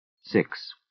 Six